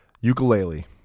Ukulele